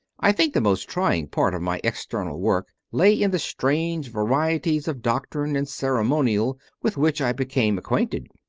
i think the most trying part of my external work lay in the strange varieties of doctrine and ceremonial with which i became acquainted.